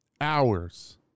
hours